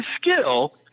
skill